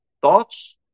Thoughts